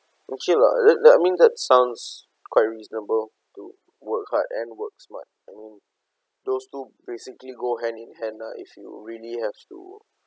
okay lah at least that sounds quite reasonable to work hard and work smart I mean those too basically go hand in hand lah if you really have to